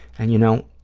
and, you know,